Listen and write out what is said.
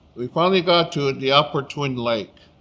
we finally got to the upper twin lake